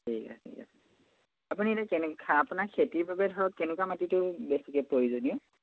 ঠিক আছে ঠিক আছে আপুনি এতিয়া কেনে আপোনাৰ খেতিৰ বাবে ধৰক কেনেকুৱা মাটিটো বেছিকে প্ৰয়োজনীয়